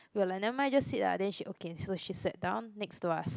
we were like never mind just sit lah then she okay so she sat down next to us